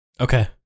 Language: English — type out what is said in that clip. Okay